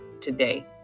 today